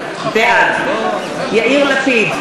בעד יאיר לפיד,